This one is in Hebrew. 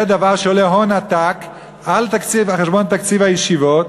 זה דבר שעולה הון עתק על חשבון תקציב הישיבות,